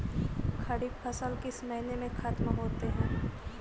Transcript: खरिफ फसल किस महीने में ख़त्म होते हैं?